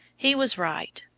he was right.